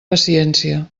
paciència